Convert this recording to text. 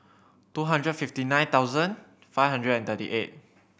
two hundred fifty nine thousand five hundred and thirty eight